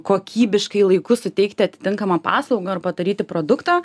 kokybiškai laiku suteikti atitinkamą paslaugą ar padaryti produktą